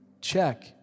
check